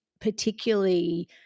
particularly